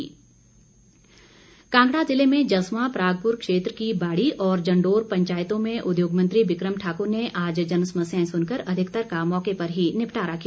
बिक्रम ठाकुर कांगड़ा जिले में जसवां परागपुर क्षेत्र की बाड़ी और जंडोर पंचायतों में उद्योग मंत्री बिक्रम ठाकुर ने आज जनसमस्याएं सुनकर अधिकतर का मौके पर ही निपटारा किया